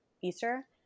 Easter